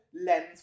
lens